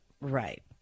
right